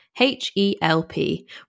H-E-L-P